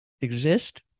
exist